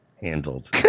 Handled